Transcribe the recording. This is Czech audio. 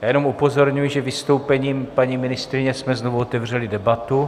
Já jenom upozorňuji, že vystoupením paní ministryně jsme znovu otevřeli debatu.